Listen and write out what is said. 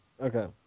Okay